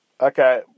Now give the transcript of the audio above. Okay